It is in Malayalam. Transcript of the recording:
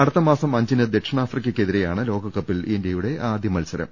അടുത്തമാസം അഞ്ചിന് ദക്ഷിണാഫ്രിക്ക്ക്കെതിരെയാണ് ലോകകപ്പിൽ ഇന്ത്യയുടെ ആദ്യ മത്സരം